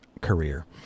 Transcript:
career